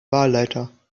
wahlleiter